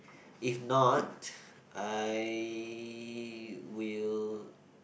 if not I will